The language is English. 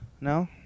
No